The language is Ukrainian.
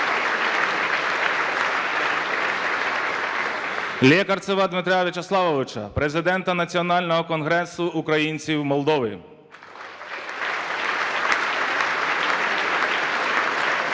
Лєкарцева Дмитра В'ячеславовича, президента Національного конгресу українців Молдови (Оплески)